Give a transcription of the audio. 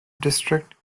district